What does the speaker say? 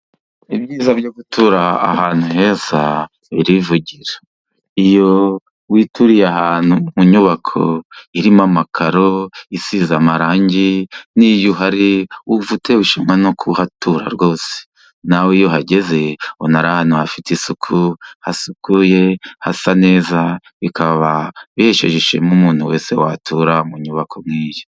Ibyiza byo gutura ahantu heza birivugira, iyo wituriye ahantu mu nyubako irimo amakaro isize amarangi, n'iyo uhari wumva utewe ishema no kuhatura rwose, nawe iyo uhageze ubona ari ahantu hafite isuku hasukuye hasa neza, bikaba bihesheje ishema umuntu wese watura mu nyubako nk'iyi.